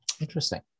Interesting